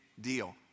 deal